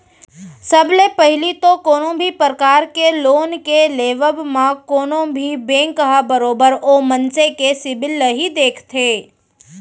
सब ले पहिली तो कोनो भी परकार के लोन के लेबव म कोनो भी बेंक ह बरोबर ओ मनसे के सिविल ल ही देखथे